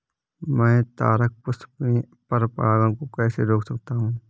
मैं तारक पुष्प में पर परागण को कैसे रोक सकता हूँ?